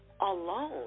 alone